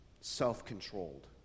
self-controlled